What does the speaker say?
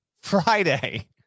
friday